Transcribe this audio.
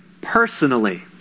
personally